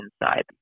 inside